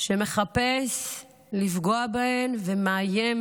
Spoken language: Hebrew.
שמחפש לפגוע בהן ומאיים